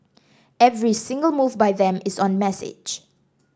every single move by them is on message